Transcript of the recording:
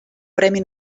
premi